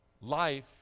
Life